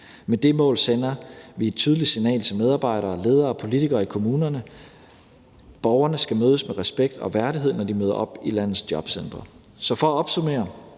Med det mål sender vi et tydeligt signal til medarbejdere og ledere og politikere i kommunerne: Borgerne skal mødes med respekt og værdighed, når de møder op i landets jobcentre. Så for at opsummere